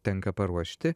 tenka paruošti